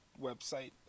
website